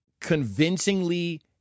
convincingly